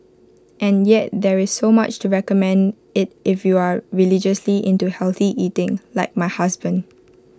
and yet there is so much to recommend IT if you are religiously into healthy eating like my husband